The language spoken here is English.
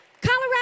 Colorado